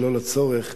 שלא לצורך,